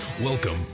Welcome